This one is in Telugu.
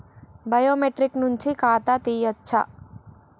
బయోమెట్రిక్ నుంచి ఖాతా తీయచ్చా?